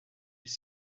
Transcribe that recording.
elle